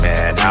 Man